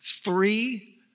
three